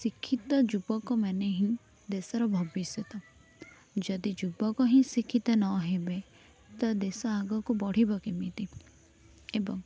ଶିକ୍ଷିତ ଯୁବକ ମାନେ ହିଁ ଦେଶର ଭବିଷ୍ୟତ ଯଦି ଯୁବକ ହିଁ ଶିକ୍ଷିତ ନହେବେ ତ ଦେଶ ଆଗକୁ ବଢ଼ିବ କେମିତି ଏବଂ